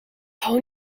hou